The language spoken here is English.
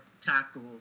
tackle